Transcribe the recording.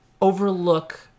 overlook